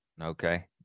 okay